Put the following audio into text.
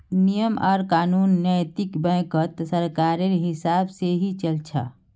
नियम आर कानून नैतिक बैंकत सरकारेर हिसाब से ही चल छ